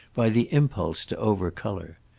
by the impulse to overcolour.